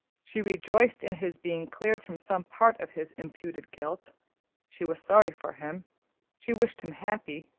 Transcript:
she rejoiced in his being cleared from some part of his imputed guilt she was sorry for him she wished him happy.